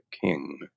king